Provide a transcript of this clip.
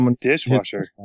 dishwasher